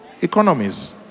Economies